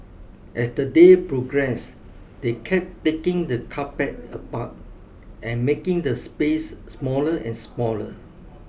as the day progressed they kept taking the carpet apart and making the space smaller and smaller